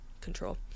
control